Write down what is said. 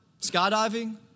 skydiving